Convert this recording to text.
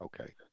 Okay